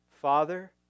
Father